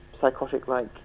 psychotic-like